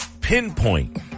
pinpoint